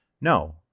No